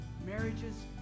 marriages